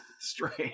strange